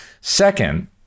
Second